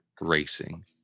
racing